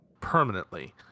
permanently